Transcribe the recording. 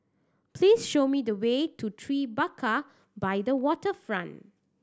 please show me the way to Tribeca by the Waterfront